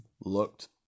looked